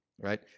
right